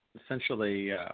essentially –